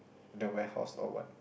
the warehouse or what